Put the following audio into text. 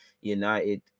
United